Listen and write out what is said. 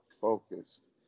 focused